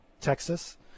Texas